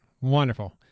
Wonderful